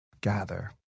gather